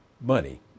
money